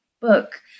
book